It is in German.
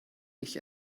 ich